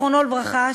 זיכרונו לברכה,